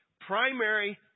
primary